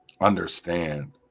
understand